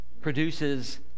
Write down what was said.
produces